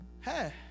Hey